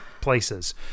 places